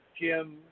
Jim